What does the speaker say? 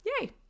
Yay